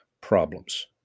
problems